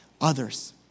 others